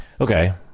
Okay